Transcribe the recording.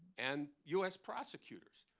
and us prosecutors.